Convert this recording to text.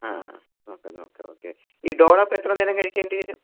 ആ ആ okay okay okay ഈ ഡോളോ അപ്പോൾ എത്ര നേരം കഴിക്കേണ്ടി വരും